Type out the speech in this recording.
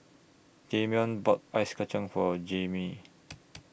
Damion bought Ice Kacang For Jammie